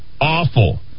Awful